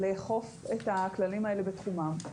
לאכוף את הכללים האלה בתחומם,